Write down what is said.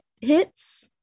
hits